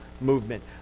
movement